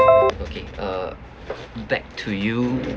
okay uh back to you